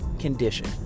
condition